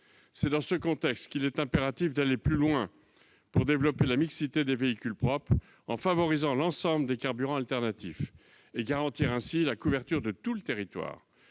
Dans ce contexte, il est impératif d'aller plus loin pour développer la mixité des véhicules propres en favorisant l'ensemble des carburants alternatifs et de garantir la couverture de tout le territoire